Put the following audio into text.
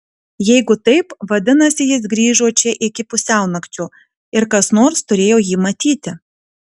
jeigu taip vadinasi jis grįžo čia iki pusiaunakčio ir kas nors turėjo jį matyti